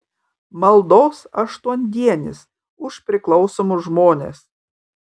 maldos aštuondienis už priklausomus žmones